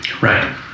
Right